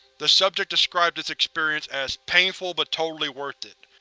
the subject described this experience as painful but totally worth it.